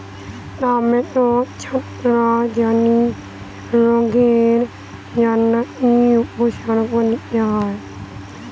টমেটোতে ছত্রাক জনিত রোগের জন্য কি উপসর্গ নিতে হয়?